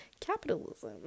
Capitalism